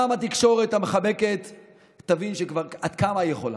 גם התקשורת המחבקת תבין, עד כמה היא יכולה?